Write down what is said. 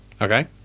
Okay